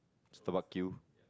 it's the